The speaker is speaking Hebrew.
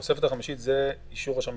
התוספת החמישית זה אישור ראש הממשלה,